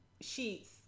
sheets